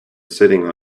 sitting